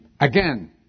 again